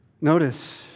Notice